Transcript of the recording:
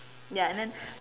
ya and then